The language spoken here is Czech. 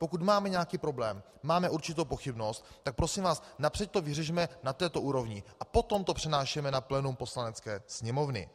Pokud máme nějaký problém, máme určitou pochybnost, tak prosím vás, napřed to vyřešme na této úrovni a potom to přenášejme na plénum Poslanecké sněmovny.